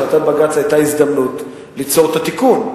החלטת בג"ץ היתה הזדמנות ליצור את התיקון.